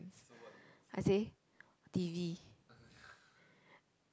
I say t_v